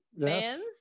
fans